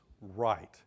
right